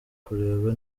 kureba